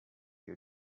your